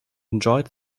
enjoyed